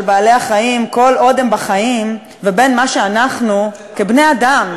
בעלי-החיים כל עוד הם בחיים לבין מה שאנחנו כבני-אדם,